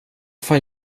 fan